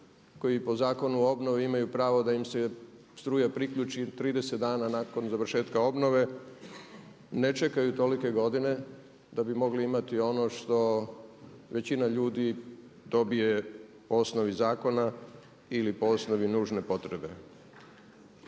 koji po zakonu obnove imaju pravo da im se struja priključi 30 dana nakon završetka obnove ne čekaju tolike godine da bi mogli imati ono što većina ljudi dobije po osnovi zakona ili po osnovi nužne potrebe.